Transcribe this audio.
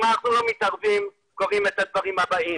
אם אנחנו לא מתערבים קורים הדברים הבאים,